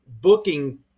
booking